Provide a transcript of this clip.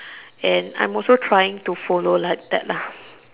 and I'm also trying to follow like that lah